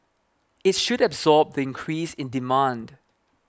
it should absorb the increase in demand